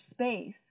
space